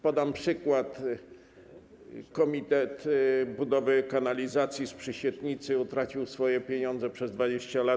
Podam przykład: komitet budowy kanalizacji z Przysietnicy utracił swoje pieniądze zbierane przez 20 lat.